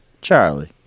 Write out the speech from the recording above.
Charlie